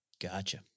Gotcha